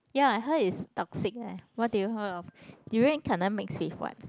ya I heard it's toxic leh what did you heard of durian cannot mix with what